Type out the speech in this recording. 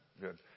good